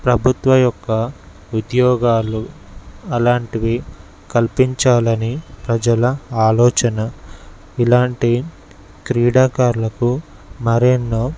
ప్రభుత్వం యొక్క ఉద్యోగాలు అలాంటివి కల్పించాలి అని ప్రజల ఆలోచన ఇలాంటి క్రీడాకారులకు మరి ఎన్నో